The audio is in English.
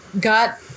got